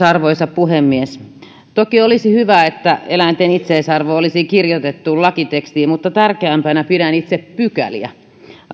arvoisa puhemies toki olisi hyvä että eläinten itseisarvo olisi kirjoitettu lakitekstiin mutta tärkeämpänä pidän itse pykäliä